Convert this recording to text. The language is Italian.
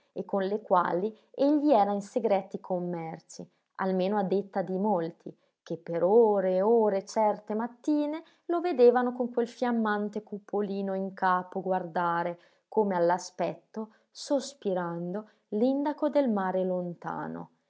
e con le quali egli era in segreti commerci almeno a detta di molti che per ore e ore certe mattine lo vedevano con quel fiammante cupolino in capo guardare come all'aspetto sospirando l'indaco del mare lontano